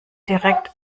direkt